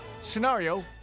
Scenario